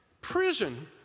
prison